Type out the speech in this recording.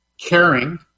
caring